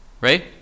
Right